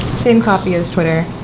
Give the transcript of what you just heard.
same copy as twitter.